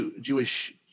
Jewish